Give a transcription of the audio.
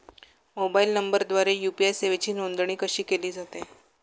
Mobile नंबरद्वारे UPI सेवेची नोंदणी कशी केली जाते?